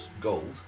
Gold